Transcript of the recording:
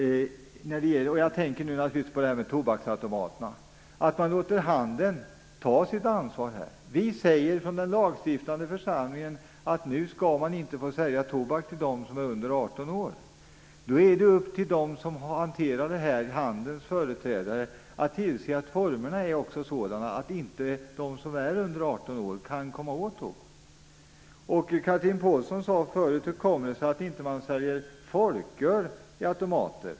När det gäller tobaksautomaterna är det viktigt att låta handeln ta sitt ansvar. Vi säger från den lagstiftande församlingen att man nu inte får sälja tobak till dem som är under 18 år. Då är det upp till dem som har att hantera det här, dvs. handelns företrädare, att tillse att formerna är sådana att de som är under 18 år inte kan komma åt tobak. Chatrine Pålsson frågade förut hur det kommer sig att man inte säljer folköl i automater.